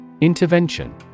Intervention